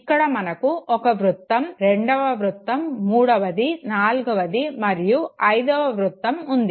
ఇక్కడ మనకు ఒక వృత్తం రెండవ వృత్తం మూడవది నాలుగవది మరియు అయిదవ వృత్తం ఉంది